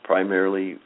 Primarily